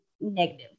negative